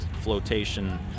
flotation